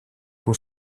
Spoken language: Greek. που